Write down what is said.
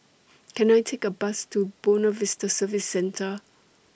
Can I Take A Bus to Buona Vista Service Centre